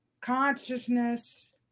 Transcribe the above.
consciousness